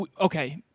Okay